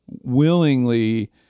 willingly